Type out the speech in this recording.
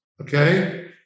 okay